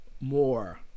more